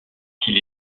qu’il